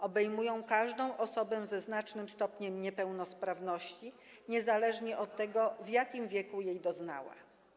Obejmują każdą osobę ze znacznym stopniem niepełnosprawności, niezależnie od tego, w jakim wieku jej doznała.